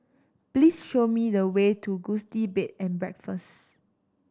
please show me the way to Gusti Bed and Breakfast